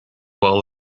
bowl